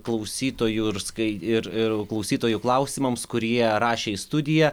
klausytojų ir skai ir ir klausytojų klausimams kurie rašė į studiją